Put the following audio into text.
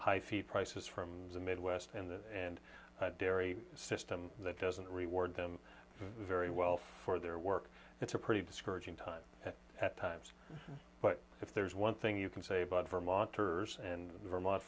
high feed prices from the midwest and dairy system that doesn't reward them very well for their work it's a pretty discouraging time at times but if there's one thing you can say about vermonters and vermont